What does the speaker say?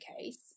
case